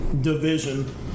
division